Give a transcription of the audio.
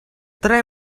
tre